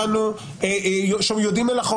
לשוטרים ואומרים להם שהם יוצאי אתיופיה.